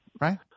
Right